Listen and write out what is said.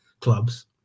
clubs